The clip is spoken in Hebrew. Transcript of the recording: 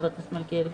חבר הכנסת מלכיאלי.